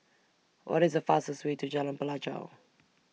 What IS The fastest Way to Jalan Pelajau